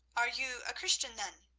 are you a christian then?